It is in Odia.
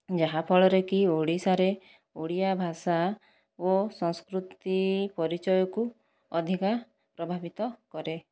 ଯାହାଫଳରେକି ଓଡ଼ିଶାରେ ଓଡ଼ିଆ ଭାଷା ଓ ସଂସ୍କୃତି ପରିଚୟକୁ ଅଧିକ ପ୍ରଭାବିତ କରେ